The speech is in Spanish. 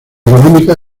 económica